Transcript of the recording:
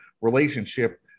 relationship